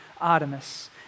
Artemis